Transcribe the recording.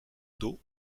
dos